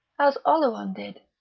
as oleron did,